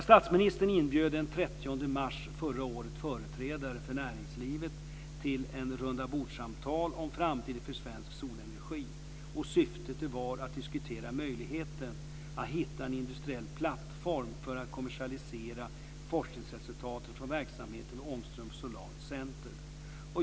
Statsministern inbjöd den 30 mars förra året företrädare för näringslivet till ett rundabordssamtal om framtiden för svensk solenergi. Syftet var att diskutera möjligheten att hitta en industriell plattform för att kommersialisera forskningsresultaten från verksamheten vid Ångström Solar Center.